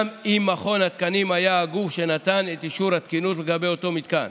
אם מכון התקנים היה הגוף שנתן את אישור התקינות לגבי אותו מתקן.